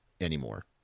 anymore